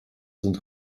sind